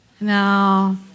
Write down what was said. No